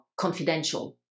confidential